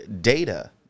data